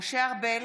משה ארבל,